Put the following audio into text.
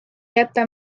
jäta